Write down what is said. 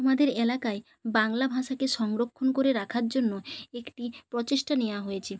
আমাদের এলাকায় বাংলা ভাষাকে সংরক্ষণ করে রাখার জন্য একটি প্রচেষ্টা নেওয়া হয়েছে